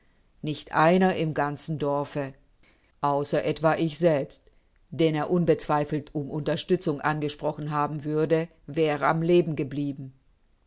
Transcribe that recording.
nicht einer im ganzen dorfe außer etwa ich selbst den er unbezweifelt um unterstützung angesprochen haben würde wär er am leben geblieben